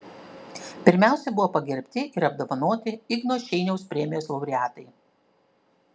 pirmiausia buvo pagerbti ir apdovanoti igno šeiniaus premijos laureatai